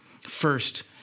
First